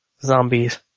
zombies